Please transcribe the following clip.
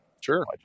Sure